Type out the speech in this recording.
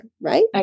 Right